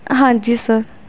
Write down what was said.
ਹਾਂਜੀ ਸਰ